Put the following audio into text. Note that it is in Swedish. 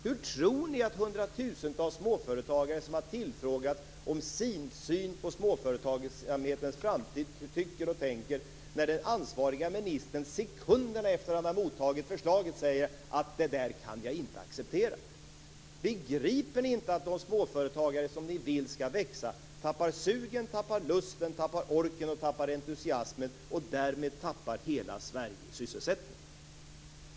Hur tror ni att hundratusentals småföretagare som tillfrågats om sin syn på småföretagsamhetens framtid tycker och tänker när den ansvariga ministern sekunderna efter det att han har mottagit förslaget säger: Det där kan jag inte acceptera? Begriper ni inte att de småföretagare som vi vill skall växa tappar sugen, tappar lusten, orken och entusiasmen och därmed tappar hela Sverige sysselsättning.